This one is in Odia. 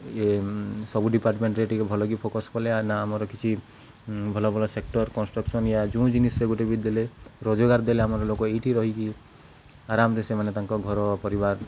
ଇଏ ସବୁ ଡିପାର୍ଟମେଣ୍ଟ୍ରେ ଟିକେ ଭଲକି ଫୋକସ୍ କଲେ ନା ଆମର କିଛି ଭଲ ଭଲ ସେକ୍ଟର୍ କନଷ୍ଟ୍ରକ୍ସନ୍ ୟା ଯେଉଁ ଜିନିଷ ସେ ଗୋଟେ ବି ଦେଲେ ରୋଜଗାର ଦେଲେ ଆମର ଲୋକ ଏଇଠି ରହିକି ଆରାମ୍ରେ ସେମାନେ ତାଙ୍କ ଘର ପରିବାର